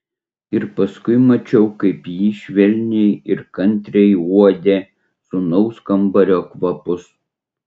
ir paskui mačiau kaip ji švelniai ir kantriai uodė sūnaus kambario kvapus